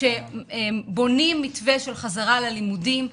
כשבונים מתווה של חזרה ללימודים,